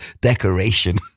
decoration